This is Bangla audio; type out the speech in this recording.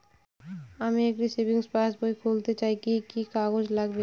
আমি একটি সেভিংস পাসবই খুলতে চাই কি কি কাগজ লাগবে?